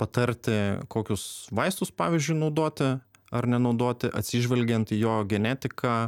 patarti kokius vaistus pavyzdžiui naudoti ar nenaudoti atsižvelgiant į jo genetiką